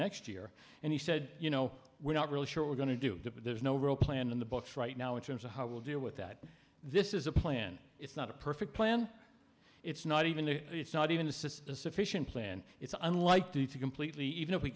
next year and he said you know we're not really sure we're going to do it but there's no real plan in the books right now in terms of how we'll deal with that this is a plan it's not a perfect plan it's not even there it's not even a sufficient plan it's unlikely to completely even if we